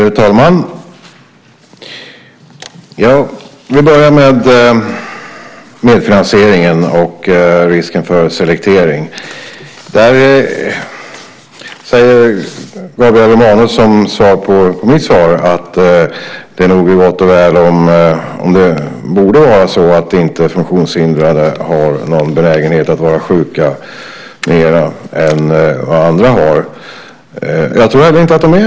Herr talman! Jag vill börja med frågan om medfinansieringen och risken för selektering. Gabriel Romanus säger som svar på mitt svar att det vore gott och väl om funktionshindrade inte hade benägenhet att vara mer sjuka än andra. Det tror jag heller inte att de är.